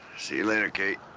see you later, kate.